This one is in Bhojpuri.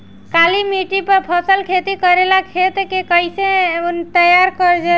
काली मिट्टी पर फसल खेती करेला खेत के कइसे तैयार करल जाला?